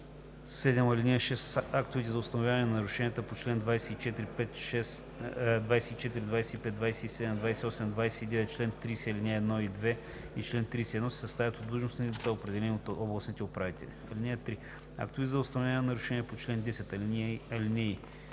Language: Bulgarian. актовете за установяване на нарушенията по чл. 24, 25, 27, 28, 29, чл. 30, ал. 1 и 2 и чл. 31 се съставят от длъжностни лица, определени от областните управители. (3) Актовете за установяване на нарушения на чл. 10,